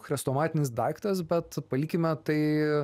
chrestomatinis daiktas bet palikime tai